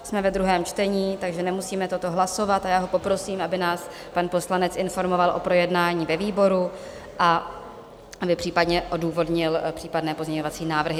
Jsme ve druhém čtení, takže nemusíme toto hlasovat, a já ho poprosím, aby nás pan poslanec informoval o projednání ve výboru a aby případně odůvodnil případné pozměňovací návrhy.